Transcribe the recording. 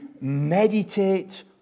meditate